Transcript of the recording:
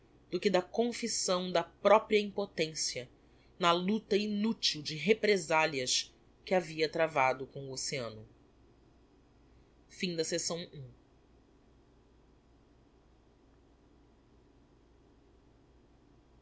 do que da confissão da propria impotencia na lucta inutil de represalias que havia travado com o oceano um